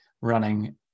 running